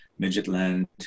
Midgetland